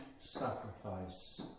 sacrifice